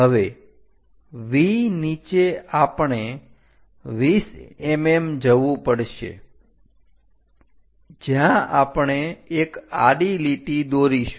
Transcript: હવે V નીચે આપણે 20 mm જવું પડશે જ્યાં આપણે એક આડી લીટી દોરીશું